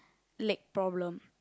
leg problem